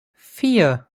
vier